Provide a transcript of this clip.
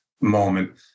moment